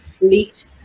leaked